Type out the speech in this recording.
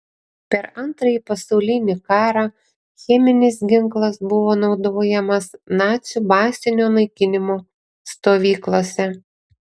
per antrąjį pasaulinį karą cheminis ginklas buvo naudojamas nacių masinio naikinimo stovyklose